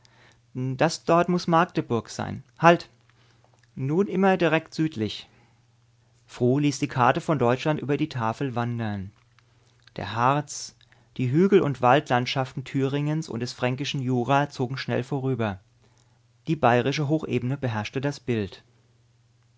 das dort muß magdeburg sein halt nun immer direkt südlich fru ließ die karte von deutschland über die tafel wandern der harz die hügel und waldlandschaften thüringens und des fränkischen jura zogen schnell vorüber die bayerische hochebene beherrschte das bild